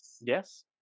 Yes